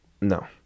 No